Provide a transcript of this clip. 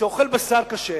שאוכל בשר כשר,